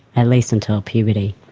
at least until puberty,